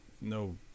no